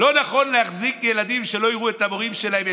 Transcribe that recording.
לא נכון להחזיק ילדים שלא יראו את המורים שלהם.